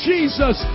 Jesus